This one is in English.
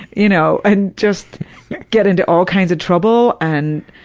you know and just get into all kinds of trouble, and,